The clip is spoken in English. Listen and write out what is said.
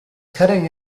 cutting